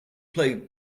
plagued